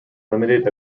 limited